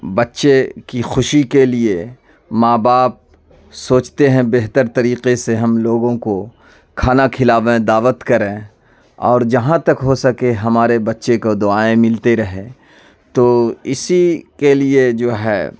بچے کی خوشی کے لیے ماں باپ سوچتے ہیں بہتر طریقے سے ہم لوگوں کو کھانا کھلاویں دعوت کریں اور جہاں تک ہو سکے ہمارے بچے کو دعائیں ملتی رہیں تو اسی کے لیے جو ہے